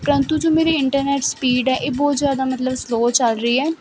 ਪਰੰਤੂ ਜੋ ਮੇਰੇ ਇੰਟਰਨੈੱਟ ਸਪੀਡ ਹੈ ਇਹ ਬਹੁਤ ਜ਼ਿਆਦਾ ਮਤਲਬ ਸਲੋਅ ਚੱਲ ਰਹੀ ਹੈ